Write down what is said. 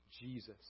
Jesus